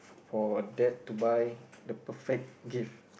for Dad to buy the perfect gift